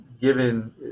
given